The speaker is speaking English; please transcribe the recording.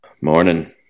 Morning